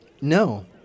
No